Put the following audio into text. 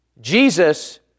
Jesus